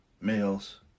Males